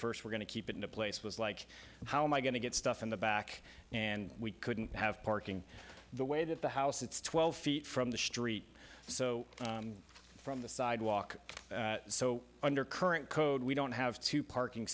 first were going to keep it in a place was like how am i going to get stuff in the back and we couldn't have parking the way that the house it's twelve feet from the street so from the sidewalk so under current code we don't have to parking